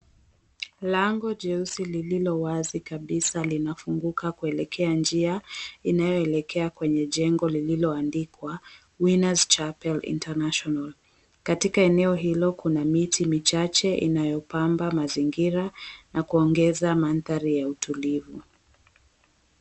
Lango jeusi lililo wazi kabisa linafunguka kuelekea njia inayoelekea kwenye jengo lililoandikwa, Winners Chapel International katika eneo hilo kuna miti michache inayobamba mazingira na kuongeza mandhari ya utulivu.